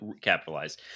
capitalize